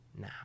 now